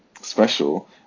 special